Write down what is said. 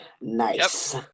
Nice